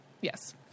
Yes